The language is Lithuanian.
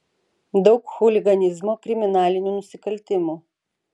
daug chuliganizmo kriminalinių nusikaltimų